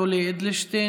יולי אדלשטיין,